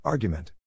Argument